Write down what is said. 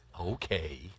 okay